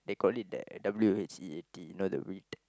they call it that W H E A T you know the wheat